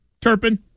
Turpin